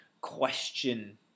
question